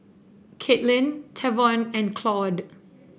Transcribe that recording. Katelynn Tavon and Claude